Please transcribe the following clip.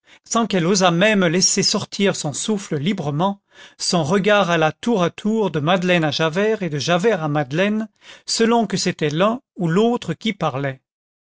sans qu'elle osât même laisser sortir son souffle librement son regard alla tour à tour de madeleine à javert et de javert à madeleine selon que c'était l'un ou l'autre qui parlait